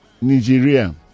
nigeria